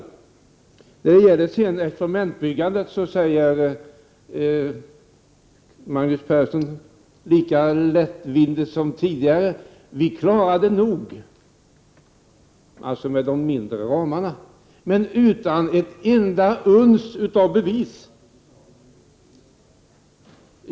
När det gäller experimentbyggandet säger Magnus Persson lika lättvindigt som tidigare: Vi klarar det nog — alltså med de mindre ramarna — men utan ett enda uns av bevis!